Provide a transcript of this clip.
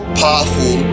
powerful